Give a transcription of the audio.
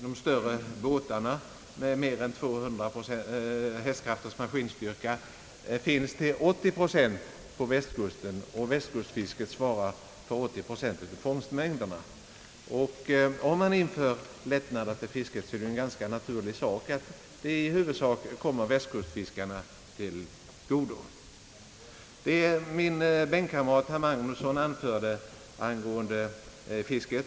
De större båtarna, med mer än 200 hästkrafters maskinstyrka, finns till 80 procent på västkusten, och västkustfisket svarar för 80 procent av fångstmängderna. Om man inför lättnader för fisket, är det en ganska naturlig sak att de främst kommer västkustfiskarna till godo. Jag åhörde med stort intresse min bänkkamrat herr Magnussons anförande i denna fråga.